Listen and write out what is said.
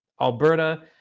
Alberta